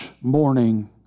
morning